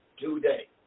Today